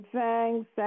thanks